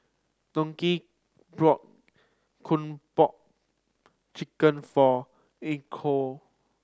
bought Kung Po Chicken for